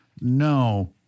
No